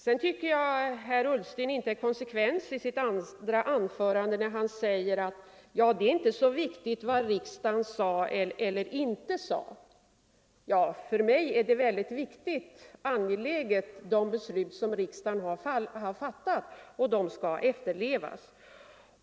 Sedan tycker jag att herr Ullsten inte är konsekvent i sitt andra anförande, när han säger att det inte är så viktigt vad riksdagen sade eller inte sade. För mig är de beslut som riksdagen har fattat mycket viktiga och angelägna, och de skall efterlevas.